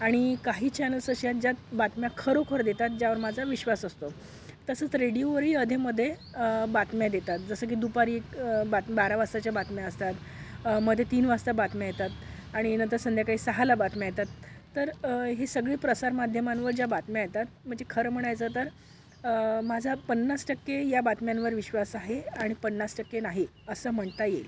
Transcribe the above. आणि काही चॅनल्स असे आहेत ज्यात बातम्या खरोखर देतात ज्यावर माझा विश्वास असतो तसंच रेडिओवरही अधेमधे बातम्या देतात जसं की दुपारी एक बात बारा वासताच्या बातम्या असतात मध्ये तीन वासता बातम्या येतात आणि नंतर संध्याकाळी सहाला बातम्या येतात तर हे सगळी प्रसारमाध्यमांवर ज्या बातम्या येतात म्हणजे खरं म्हणायचं तर माझा पन्नास टक्के या बातम्यांवर विश्वास आहे आणि पन्नास टक्के नाही असं म्हणता येईल